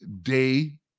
day